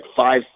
five